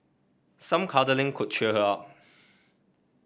some cuddling could cheer her up